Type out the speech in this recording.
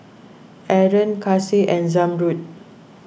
Aaron Kasih and Zamrud